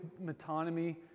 metonymy